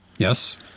Yes